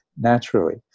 naturally